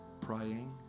praying